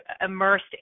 immersed